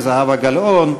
זהבה גלאון,